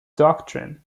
doctrine